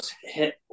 hit